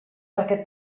perquè